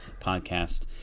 podcast